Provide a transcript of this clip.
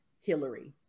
Hillary